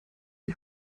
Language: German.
die